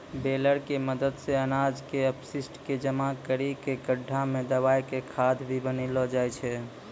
baler के मदद सॅ अनाज के अपशिष्ट क जमा करी कॅ गड्ढा मॅ दबाय क खाद भी बनैलो जाय छै